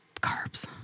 carbs